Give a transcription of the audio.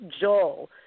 Joel